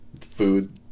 Food